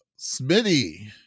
Smitty